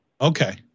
Okay